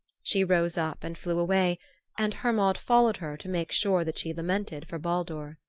she rose up and flew away and hermod followed her to make sure that she lamented for baldur.